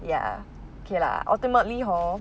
ya okay lah ultimately hor